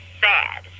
sad